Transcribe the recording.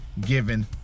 given